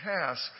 task